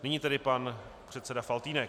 Nyní pan předseda Faltýnek.